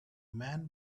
man